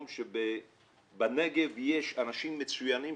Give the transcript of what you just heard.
השעה 9:07,